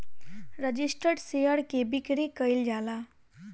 registered share के बिक्री कईल जाला